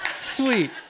sweet